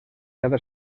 cada